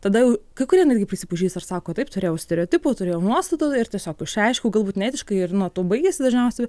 tada jau kai kurie netgi prisipažįsta ir sako taip turėjau stereotipų turėjau nuostatą ir tiesiog aš čia aišku galbūt neetiškai ir na tuo baigiasi dažniausiai